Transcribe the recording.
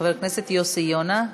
חבר הכנסת יוסי יונה,